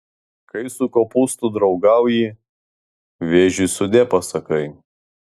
kai su kopūstu draugauji vėžiui sudie pasakai